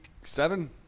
seven